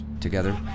Together